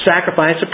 sacrifice